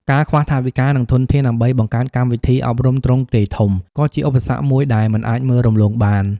ការខ្វះថវិកានិងធនធានដើម្បីបង្កើតកម្មវិធីអប់រំទ្រង់ទ្រាយធំ ក៏ជាឧបសគ្គមួយដែលមិនអាចមើលរំលងបាន។